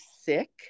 sick